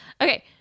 okay